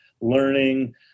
learning